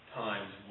times